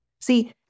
See